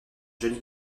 johnny